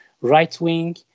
right-wing